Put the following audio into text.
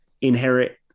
inherit